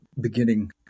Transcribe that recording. beginning